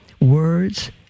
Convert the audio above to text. words